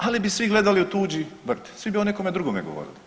Ali bi svi gledali u tuđi vrt, svi bi oni nekome drugome govorili.